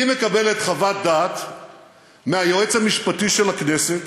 היא מקבלת חוות דעת מהיועץ המשפטי של הכנסת